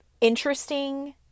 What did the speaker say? interesting